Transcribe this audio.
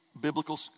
biblical